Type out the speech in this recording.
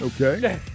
Okay